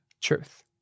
Truth